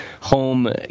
home